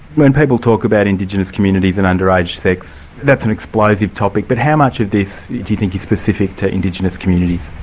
when people talk about indigenous communities and under-age sex, that's an explosive topic, but how much of this do you think is specific to indigenous communities?